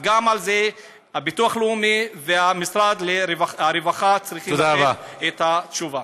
גם על זה הביטוח הלאומי ומשרד הרווחה צריכים לתת את התשובה.